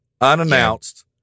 unannounced